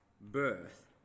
birth